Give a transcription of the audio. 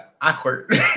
awkward